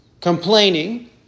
complaining